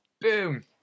Boom